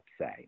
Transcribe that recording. say